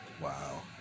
Wow